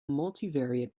multivariate